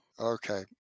Okay